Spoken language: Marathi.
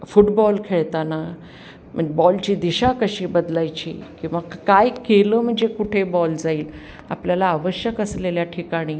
फुटबॉल खेळताना बॉलची दिशा कशी बदलायची किंवा क काय केलं म्हणजे कुठे बॉल जाईल आपल्याला आवश्यक असलेल्या ठिकाणी